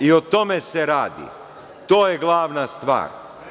O tome se radi, to je glavna stvar.